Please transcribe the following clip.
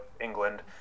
England